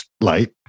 light